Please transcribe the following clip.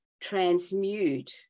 transmute